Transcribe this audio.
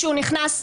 כשהוא נכנס,